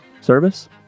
service